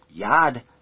Yad